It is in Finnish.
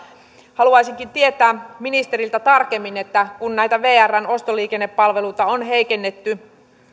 haluaisinkin tietää ministeriltä tarkemmin että kun näitä vrn ostoliikennepalveluita on heikennetty